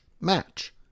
match